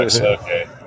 Okay